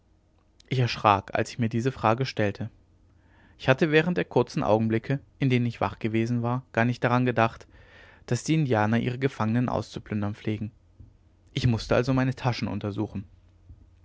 ich erschrak als ich mir diese frage stellte ich hatte während der kurzen augenblicke in denen ich wach gewesen war gar nicht daran gedacht daß die indianer ihre gefangenen auszuplündern pflegen ich mußte also meine taschen untersuchen